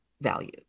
value